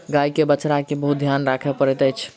गाय के बछड़ा के बहुत ध्यान राखअ पड़ैत अछि